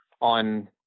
on